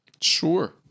Sure